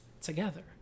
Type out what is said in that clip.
together